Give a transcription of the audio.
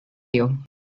you